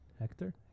Hector